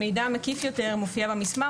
מידע מקיף יותר מופיע במסמך,